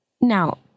Now